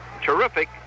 terrific